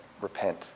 repent